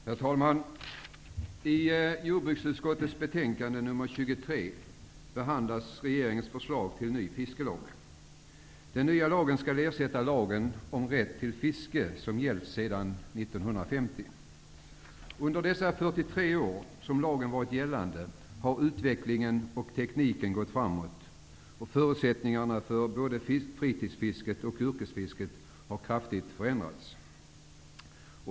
Herr talman! I jordbruksutskottets betänkande nr Den nya lagen skall ersätta lagen om rätt till fiske, som gällt sedan 1950. Under de 43 år som lagen varit gällande har utvecklingen och tekniken gått framåt, och förutsättningarna för både fritidsfisket och yrkesfisket har kraftigt förändrats.